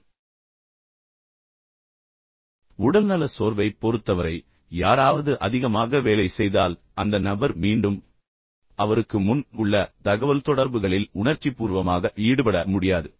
பின்னர் உடல்நல சோர்வைப் பொறுத்தவரை யாராவது அதிகமாக வேலை செய்தால் அந்த நபர் மீண்டும் அவருக்கு முன் உள்ள தகவல்தொடர்புகளில் உணர்ச்சிபூர்வமாக ஈடுபட முடியாது